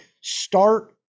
start